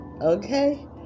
Okay